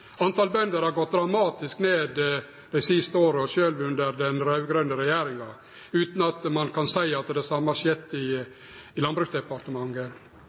på bønder har gått dramatisk ned dei siste åra, sjølv under den raud-grøne regjeringa, utan at ein kan seie at det same har skjedd i Landbruksdepartementet.